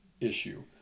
issue